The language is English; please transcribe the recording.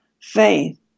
faith